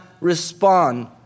respond